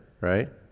right